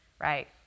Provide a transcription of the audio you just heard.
right